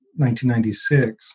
1996